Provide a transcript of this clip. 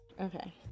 okay